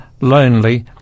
lonely